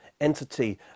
entity